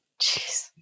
Jeez